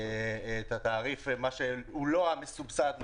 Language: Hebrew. שהוא לא מסובסד,